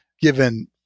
given